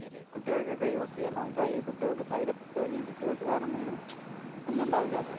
അതെ അല്ലെ കുട്ടികൾക്കൊക്കെ യൂസ് ചെയ്യാമല്ലോ നമുക്ക് കുട്ടികൾക്ക് സൈഡ് എഫക്ടോ അല്ലെങ്കിൽ കുട്ടികൾക്ക് വേറെന്തെങ്കിലും ഒന്നും ഉണ്ടാവില്ലാല്ലോ